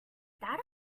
that